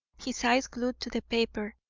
his eyes glued to the paper,